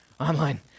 online